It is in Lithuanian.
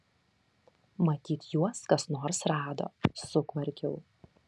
matyt juos kas nors rado sukvarkiau